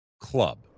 club